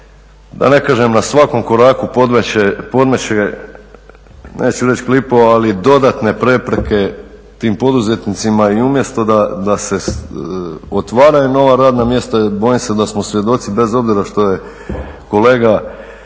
da ne kažem na svakom koraku podmeće, neću reći …/Govornik se ne razumije./… ali dodatne prepreke tim poduzetnicima. I umjesto da se otvaraju nova radna mjesta bojim se da smo svjedoci bez obzira što je kolega